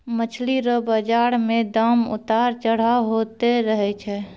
मछली रो बाजार मे दाम उतार चढ़ाव होते रहै छै